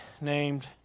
named